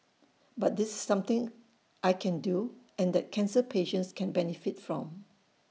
but this is something I can do and that cancer patients can benefit from